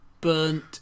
burnt